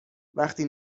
وقتی